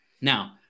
Now